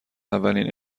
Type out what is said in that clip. اولین